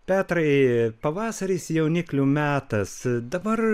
petrai pavasaris jauniklių metas dabar